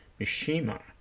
Mishima